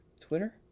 Twitter